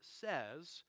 says